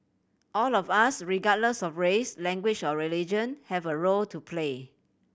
all of us regardless of race language or religion have a role to play